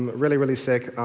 um really, really sick.